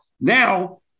now